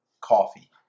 coffee